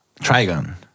Trigon